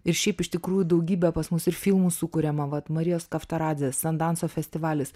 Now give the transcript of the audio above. ir šiaip iš tikrųjų daugybė pas mus ir filmų sukuriama vat marijos kavtaradzės sandanso festivalis